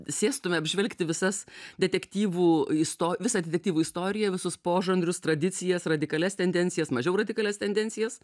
sėstume apžvelgti visas detektyvų isto visą detektyvų istoriją visus požanrius tradicijas radikalias tendencijas mažiau radikalias tendencijas